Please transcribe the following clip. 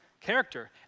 character